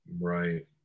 right